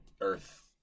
Earth